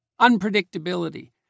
unpredictability